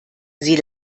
sie